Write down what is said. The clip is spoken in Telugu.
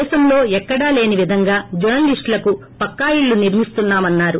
దేశంలో ఎక్కడా లేనివిధంగా ేజర్నలిస్టులకు పక్కా ఇళ్లు నిర్మిస్తున్నామన్నారు